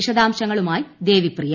വിശദാംശങ്ങളുമായി ദേവി പ്രിയ